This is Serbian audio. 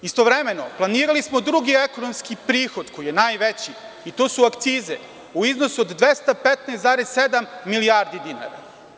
Istovremeno, planirali smo drugi ekonomski prihod, koji je najveći i to su akcize, u iznosu od 215,7 milijardi dinara.